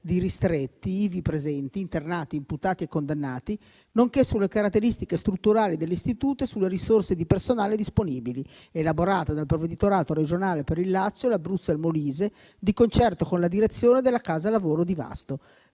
di ristretti ivi presenti - internati, imputati e condannati - nonché sulle caratteristiche strutturali dell'istituto e sulle risorse di personale disponibili, elaborata dal provveditorato regionale per il Lazio, l'Abruzzo e il Molise, di concerto con la direzione della casa lavoro di Vasto.